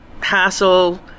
hassle